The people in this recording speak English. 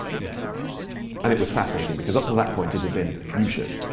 yeah and it was fascinating, because up till that point it had been, you should.